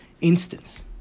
instance